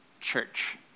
church